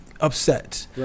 upset